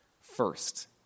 first